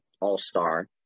All-Star